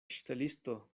ŝtelisto